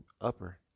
upper